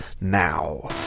now